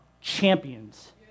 champions